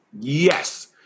Yes